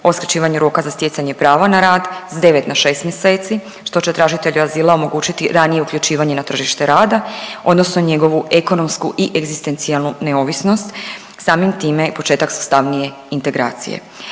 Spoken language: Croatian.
o skraćivanju roka za stjecanje prava na rad s 9 na 6 mjeseci, što će tražitelju azila omogućiti ranije uključivanje na tržište rada odnosno njegovu ekonomsku i egzistencijalnu neovisnost, samim time i početak sastavnije integracije.